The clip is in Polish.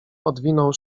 odwinął